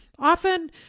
Often